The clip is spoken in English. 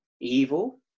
evil